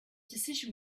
decision